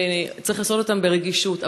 וצריך לעשות אותם ברגישות,